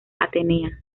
atenea